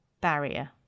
barrier